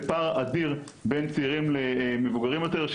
זה פער אדיר בין צעירים למבוגרים יותר,